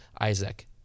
Isaac